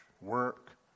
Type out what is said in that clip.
work